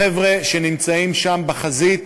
החבר'ה שנמצאים שם בחזית